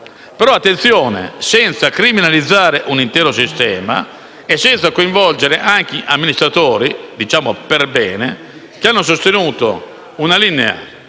fare attenzione a non criminalizzare un intero sistema e a non coinvolgere anche gli amministratori per bene, che hanno sostenuto una linea